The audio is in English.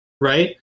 right